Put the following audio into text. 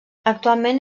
actualment